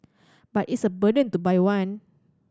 but it's a burden to buy one